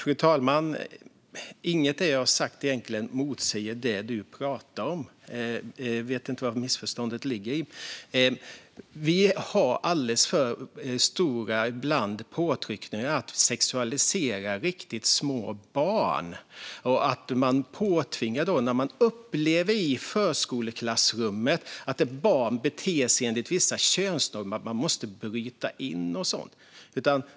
Fru talman! Inget av det jag har sagt motsäger det du, Mats Wiking, talar om. Jag vet inte var missförståndet ligger. Vi har ibland alldeles för stora påtryckningar att sexualisera riktigt små barn. När man i förskoleklassrummet upplever att ett barn beter sig enligt vissa könsnormer menar man att man ska gripa in.